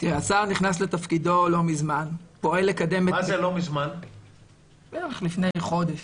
השר נכנס לתפקידו לא מזמן, בערך לפני חודש.